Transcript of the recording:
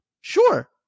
Sure